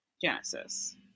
Genesis